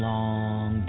Long